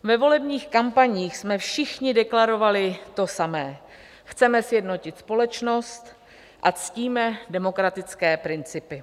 Ve volebních kampaních jsme všichni deklarovali to samé chceme sjednotit společnost a ctíme demokratické principy.